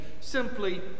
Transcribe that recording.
simply